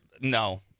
no